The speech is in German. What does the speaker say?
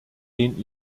den